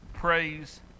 praise